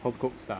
home cooked stuff